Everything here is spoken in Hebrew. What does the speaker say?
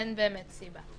אין באמת סיבה.